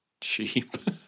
cheap